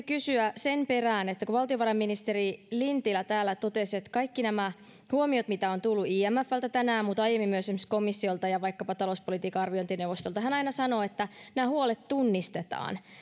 kysyä sen perään että kun valtiovarainministeri lintilä täällä totesi että kaikki nämä huomiot mitä on tullut imfltä tänään mutta aiemmin myös esimerkiksi komissiolta ja vaikkapa talouspolitiikan arviointineuvostolta hän aina sanoo että nämä huolet tunnistetaan